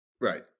Right